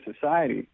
society